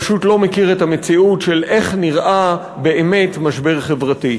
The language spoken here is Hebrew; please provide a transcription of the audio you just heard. פשוט לא מכיר את המציאות של איך נראה באמת משבר חברתי.